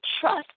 trust